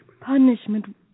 Punishment